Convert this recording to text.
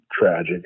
tragic